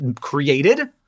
created